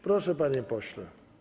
Proszę, panie pośle.